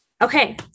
okay